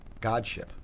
godship